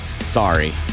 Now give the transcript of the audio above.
sorry